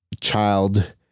child